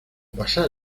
pasar